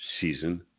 season